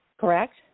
Correct